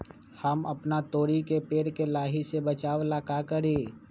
हम अपना तोरी के पेड़ के लाही से बचाव ला का करी?